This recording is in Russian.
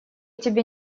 тебе